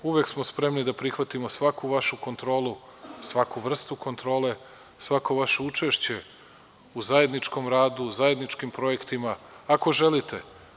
Uvek smo spremni da prihvatimo svaku vašu kontrolu, svaku vrstu kontrole, svako vaše učešće u zajedničkom radu u zajedničkim projektima, ako želite.